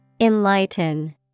Enlighten